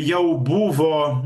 jau buvo